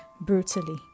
brutally